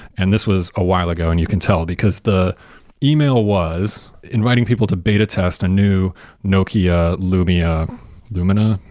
and this was a while ago and you can tell, because the e mail was inviting people to beta test a new nokia lumia lumina?